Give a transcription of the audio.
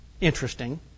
interesting